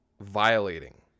violating